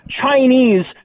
Chinese